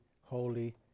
Holy